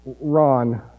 Ron